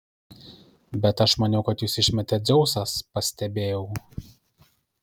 bet aš maniau kad jus išmetė dzeusas pastebėjau